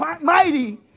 Mighty